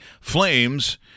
Flames